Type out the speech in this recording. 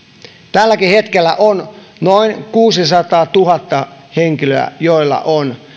tälläkin hetkellä on noin kuusisataatuhatta henkilöä joilla on